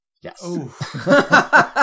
Yes